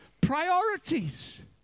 priorities